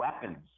weapons